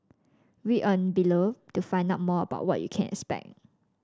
read on below to find out more about what you can expect